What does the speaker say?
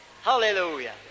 Hallelujah